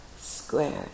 squared